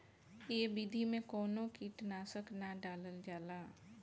ए विधि में कवनो कीट नाशक ना डालल जाला